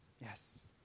Yes